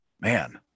man